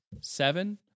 seven